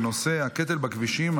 בנושא: הקטל בכבישים,